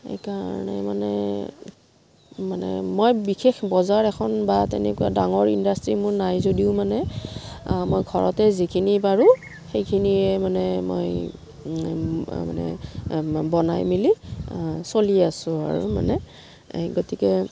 সেইকাৰণে মানে মানে মই বিশেষ বজাৰ এখন বা তেনেকুৱা ডাঙৰ ইণ্ডাষ্ট্ৰী মোৰ নাই যদিও মানে মই ঘৰতে যিখিনি পাৰোঁ সেইখিনিয়ে মানে মই মানে বনাই মেলি চলি আছোঁ আৰু মানে গতিকে